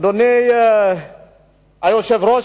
אדוני היושב-ראש,